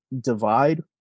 divide